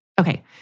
Okay